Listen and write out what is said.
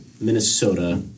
Minnesota